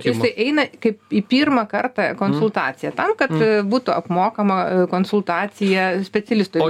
jisai eina kaip į pirmą kartą konsultaciją tam kad būtų apmokama konsultacija specialistui